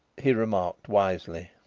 he remarked wisely.